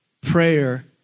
Prayer